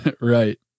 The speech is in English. right